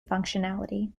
functionality